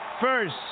first